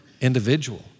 individual